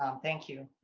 um thank you.